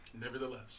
Nevertheless